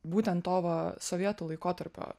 būtent to va sovietų laikotarpio